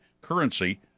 Currency